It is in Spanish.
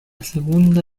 segunda